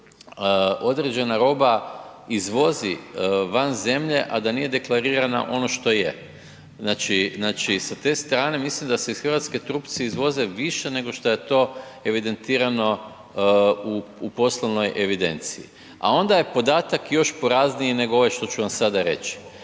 određena roba izvozi van zemlje a da nije deklarirana ono što je. Znači sa te strane mislim da se iz Hrvatske trupci izvoze više nego šta je to evidentirano u poslovnoj evidenciji a onda je podataka još porazniji nego ovaj što ću vam sada reći.